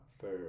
fair